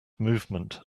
movement